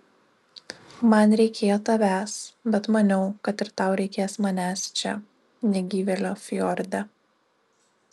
man reikėjo tavęs bet maniau kad ir tau reikės manęs čia negyvėlio fjorde